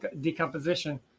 decomposition